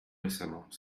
récemment